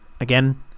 Again